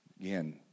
again